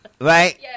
Right